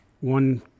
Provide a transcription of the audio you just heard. one